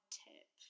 tip